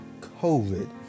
COVID